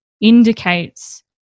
indicates